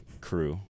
crew